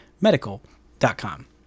medical.com